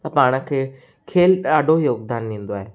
त पाण खे खेल ॾाढो योगदान ॾींदो आहे